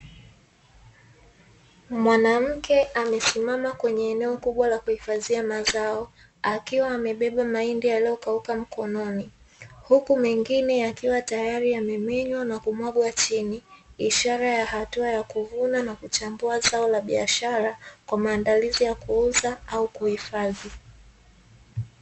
Mwanamke akiwa amesimama kwenye eneo kubwa la kuhifadhia mazao, akiwa amebeba mahindi yaliyo kauka mkononi, huku mengine yakiwa tayari yamemenywa na kumwagwa chini, ishara ya hatua ya kuvuna na kuchambua zao la biashara kwa maandalizi ya kuuza au kuhifadhi.